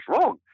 wrong